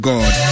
God